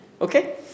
Okay